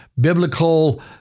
biblical